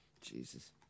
jesus